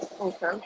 Okay